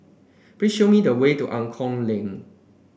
please show me the way to Angklong Lane